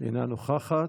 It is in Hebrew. אינה נוכחת.